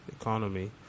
economy